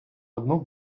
одну